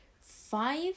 five